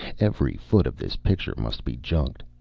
every foot of this picture must be junked.